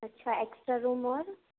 اچھا extra room اور